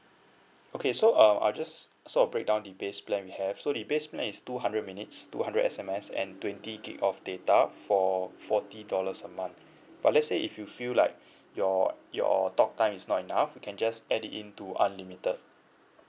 okay so uh I just sort of break down the base plan we have so the base plan is two hundred minutes two hundred S_M_S and twenty gig of data for forty dollars a month but let's say if you feel like your your talk time is not enough you can just add it in to unlimited